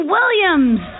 Williams